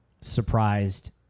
surprised